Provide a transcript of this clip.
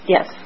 Yes